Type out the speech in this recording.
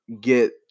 get